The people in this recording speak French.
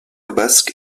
basque